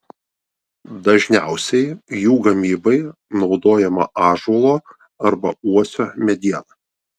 dažniausiai jų gamybai naudojama ąžuolo arba uosio mediena